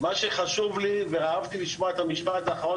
מה שחשוב לי ואהבתי לשמוע את המשפט האחרון